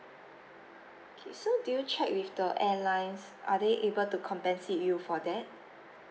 okay so do you check with the airlines are they able to compensate you for that